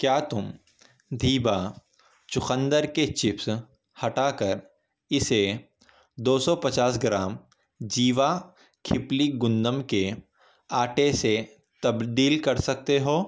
کیا تم دیبا چقندر کے چپسں ہٹا کر اسے دو سو پچاس گرام جیوا کھپلی گندم کے آٹے سے تبدیل کر سکتے ہو